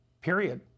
Period